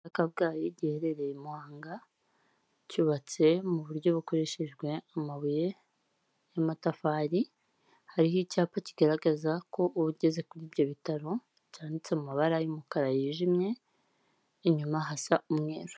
Ibitaro bya Kabgayi giherereye i Muhanga, cyubatse mu buryo bukoreshejwe amabuye, n'amatafari hariho icyapa kigaragaza ko uba ugeze kuri ibyo bitaro, cyanditse mu mabara y'umukara yijimye, inyuma hashya umweru.